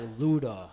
Luda